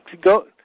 Go